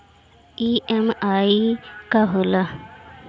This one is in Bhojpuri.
ई.एम.आई का होला?